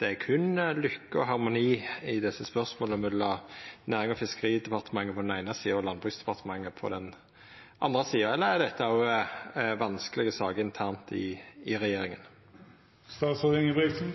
det berre er lykke og harmoni i desse spørsmåla mellom Nærings- og fiskeridepartementet på den eine sida og Landbruksdepartementet på den andre sida, eller er dette ei vanskeleg sak òg internt i regjeringa? Både fiskeri- og sjømatnæringen og landbruket er viktige distriktsnæringer i